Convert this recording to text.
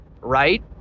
right